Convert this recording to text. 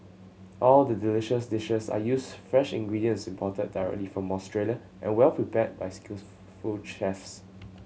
all the delicious dishes are used fresh ingredients imported directly from Australia and well prepared by skillful chefs